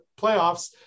playoffs